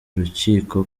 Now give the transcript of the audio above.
urukiko